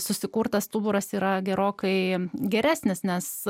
susikurtas stuburas yra gerokai geresnis nes